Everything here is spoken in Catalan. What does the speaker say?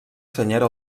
senyera